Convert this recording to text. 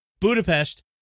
Budapest